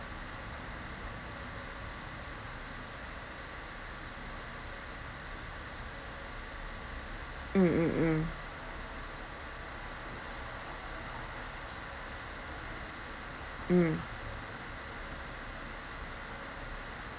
mm mm mm mm